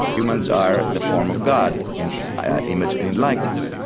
humans are the form of god in image and in likeness,